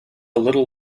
little